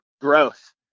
growth